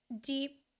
deep